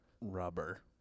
rubber